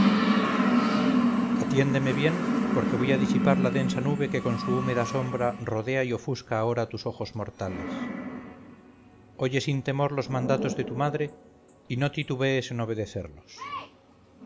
atiéndeme bien porque voy a disipar la densa nube que con su húmeda sombra rodea y ofusca ahora tus ojos mortales oye sin temor los mandatos de tu madre y no titubees en obedecerlos